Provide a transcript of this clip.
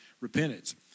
repentance